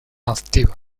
activa